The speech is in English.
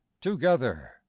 together